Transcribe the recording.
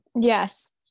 yes